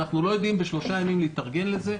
אנחנו לא יודעים בשלושה ימים להתארגן לזה,